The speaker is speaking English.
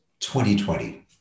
2020